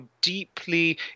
deeply